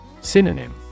Synonym